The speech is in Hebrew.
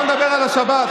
בואו נדבר על השבת.